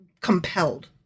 Compelled